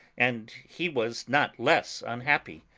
and he was not less unhappy.